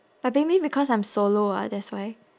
but maybe because I'm solo ah that's why